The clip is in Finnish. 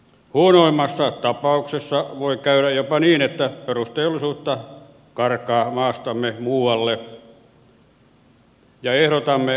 huonoimmassa tapauksessa voi käydä jopa niin että perusteollisuutta karkaa maastamme muualle